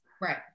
right